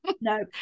no